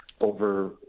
over